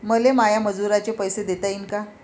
मले माया मजुराचे पैसे देता येईन का?